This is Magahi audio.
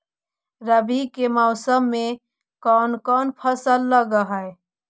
रवि के मौसम में कोन कोन फसल लग है?